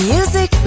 Music